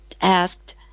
asked